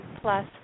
plus